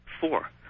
Four